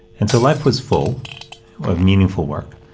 and so, life was full of meaningful work.